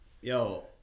Yo